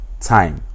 time